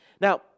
Now